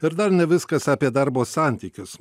ir dar ne viskas apie darbo santykius